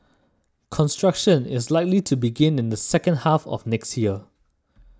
construction is likely to begin in the second half of next year